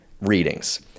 readings